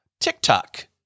TikTok